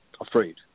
afraid